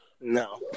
No